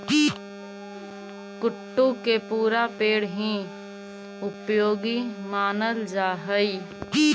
कुट्टू के पुरा पेड़ हीं उपयोगी मानल जा हई